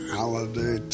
Holiday